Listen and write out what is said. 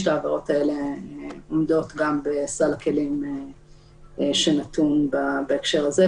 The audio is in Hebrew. שתי העברות האלו עומדות בסל הכלים שנתון בהקשר הזה,